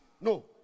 No